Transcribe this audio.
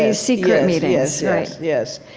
ah secret meetings yes,